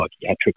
psychiatric